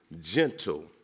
gentle